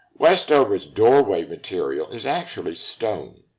westover's doorway material is actually stone.